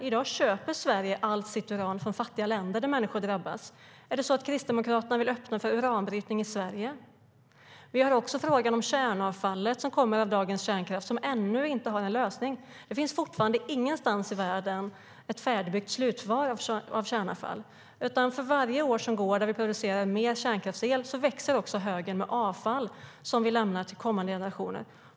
I dag köper Sverige allt sitt uran från fattiga länder där människor drabbas. Vill Kristdemokraterna öppna för uranbrytning i Sverige? För varje år som går när vi producerar mer kärnkraftsel växer högen med avfall, som vi lämnar till kommande generationer.